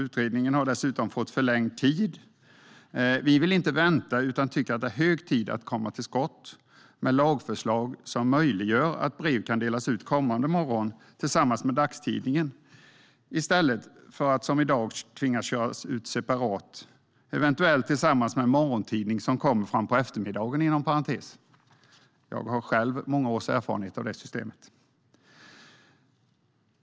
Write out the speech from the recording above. Utredningen har dessutom fått förlängd tid. Vi vill inte vänta, utan vi tycker att det är hög tid att komma till skott med lagförslag som gör det möjligt att brev kan delas ut kommande morgon tillsammans med dagstidningen i stället för att som i dag tvingas köras ut separat, eventuellt tillsammans med en morgontidning som kommer fram på eftermiddagen. Jag har själv många års erfarenhet av det systemet.